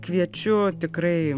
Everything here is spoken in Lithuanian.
kviečiu tikrai